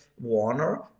warner